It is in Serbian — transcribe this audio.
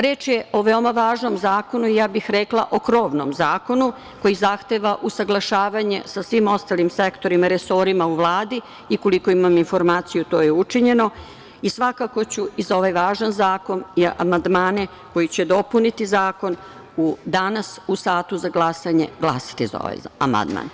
Reč je o veoma važnom zakonu i ja bih rekla o krovnom zakonu koji zahteva usaglašavanje sa svim ostalim sektorima, resorima u Vladi i koliko imam informaciju to je učinjeno i svakako ću i za ovaj važan zakon i amandmane koji će dopuniti zakon danas u satu za glasanje glasati za ovaj amandman.